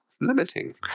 limiting